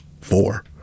four